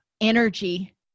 energy